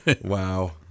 Wow